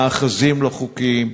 מאחזים לא חוקיים,